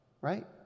Right